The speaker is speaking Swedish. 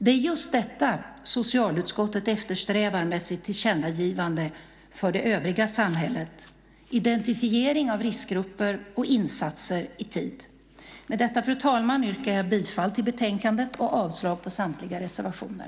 Det är just detta socialutskottet eftersträvar med sitt tillkännagivande för det övriga samhället - identifiering av riskgrupper och insatser i tid. Med detta, fru talman, yrkar jag bifall till förslaget i betänkandet och avslag på samtliga reservationer.